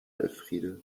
elfriede